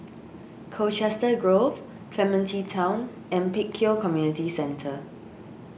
Colchester Grove Clementi Town and Pek Kio Community Centre